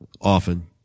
often